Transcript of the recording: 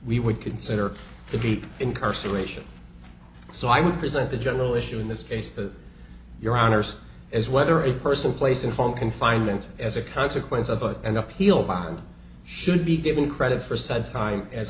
we would consider the deep incarceration so i would present the general issue in this case the your honour's as whether a person place in phone confinement as a consequence of an appeal bond should be given credit for some time as